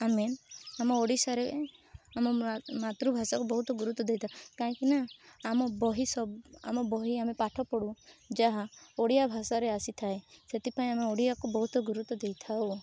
ଆମେ ଆମ ଓଡ଼ିଶାରେ ଆମ ମାତୃଭାଷାକୁ ବହୁତ ଗୁରୁତ୍ୱ ଦେଇଥାଉ କାହିଁକିନା ଆମ ବହି ଆମ ବହି ଆମେ ପାଠପଢ଼ୁ ଯାହା ଓଡ଼ିଆ ଭାଷାରେ ଆସିଥାଏ ସେଥିପାଇଁ ଆମେ ଓଡ଼ିଆକୁ ବହୁତ ଗୁରୁତ୍ୱ ଦେଇଥାଉ